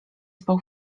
spał